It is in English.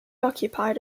occupied